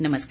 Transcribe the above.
नमस्कार